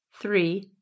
Three